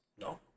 No